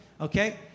okay